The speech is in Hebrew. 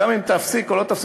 אם תפסיק או לא תפסיק,